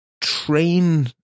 train